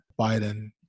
Biden